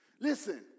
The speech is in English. Listen